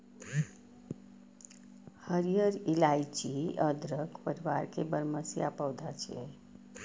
हरियर इलाइची अदरक परिवार के बरमसिया पौधा छियै